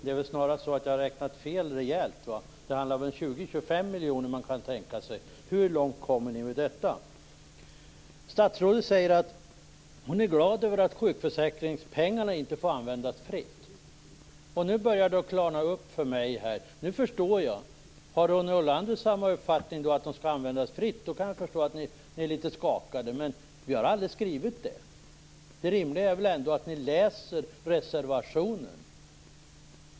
Men jag har snarast räknat rejält fel. Det handlar om 20-25 miljoner. Det är vad man kan tänka sig. Hur långt kommer ni med detta? Statsrådet säger att hon är glad över att sjukförsäkringspengarna inte får användas fritt. Nu börjar det klarna för mig. Nu förstår jag. Har Ronny Olander samma uppfattning om att de skall användas fritt kan jag förstå att ni är litet skakade. Men vi har aldrig skrivit det. Det rimliga är väl ändå att ni läser reservationen.